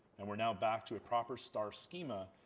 and we are now back to a proper star schemea.